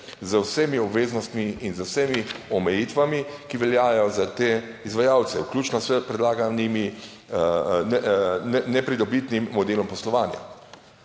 z vsemi obveznostmi in z vsemi omejitvami, ki veljajo za te izvajalce, v ključno s predlaganimi nepridobitnim modelom poslovanja.